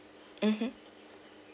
mmhmm